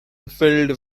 filled